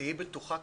תהיי בטוחה,